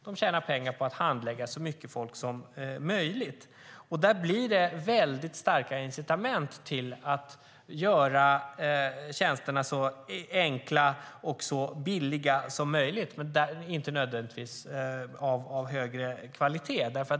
De tjänar pengar på att handlägga så mycket folk som möjligt, och där blir det väldigt starka incitament för att göra tjänsterna så enkla och billiga som möjligt - men inte nödvändigtvis av högre kvalitet.